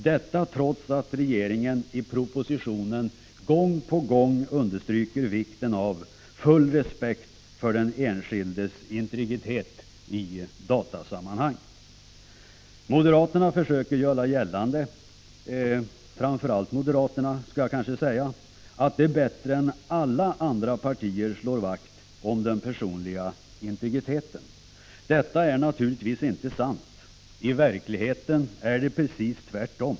Detta trots att regeringen i propositionen gång på gång understryker vikten av full respekt för den enskildes integritet i datasammanhang. Framför allt moderaterna försöker göra gällande att de bättre än alla andra partier slår vakt om den personliga integriteten. Detta är naturligtvis inte sant. I verkligheten är det precis tvärtom.